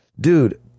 Dude